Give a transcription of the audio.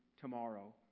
tomorrow